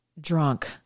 drunk